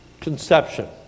conception